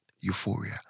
euphoria